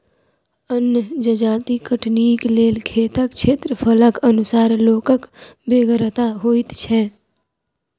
अन्न जजाति कटनीक लेल खेतक क्षेत्रफलक अनुसार लोकक बेगरता होइत छै